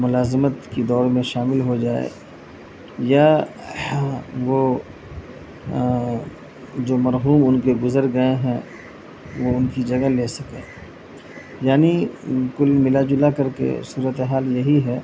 ملازمت کی دوڑ میں شامل ہو جائے یا وہ جو مرحوم ان کے گزر گئے ہیں وہ ان کی جگہ لے سکیں یعنی کل ملا جلا کر کے صورت حال یہی ہے